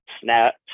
Snap